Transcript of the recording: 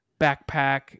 backpack